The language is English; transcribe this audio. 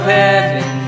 heaven